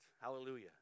Hallelujah